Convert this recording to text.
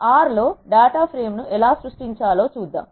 are R లో data frame ను ఎలా సృష్టించాలో చూద్దాం